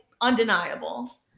undeniable